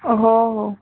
हो हो